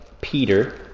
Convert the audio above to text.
Peter